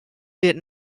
did